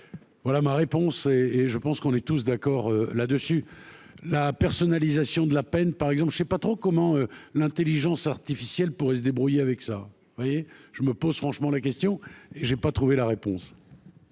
voilà ma réponse et et je pense qu'on est tous d'accord là-dessus, la personnalisation de la peine, par exemple, je sais pas trop comment l'Intelligence artificielle pourrait se débrouiller avec ça, oui, je me pose franchement la question et j'ai pas trouvé la réponse.